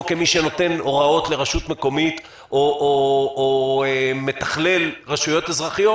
כמי שנותן הוראות לרשות מקומית או מתכלל רשויות אזרחיות